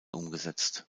umgesetzt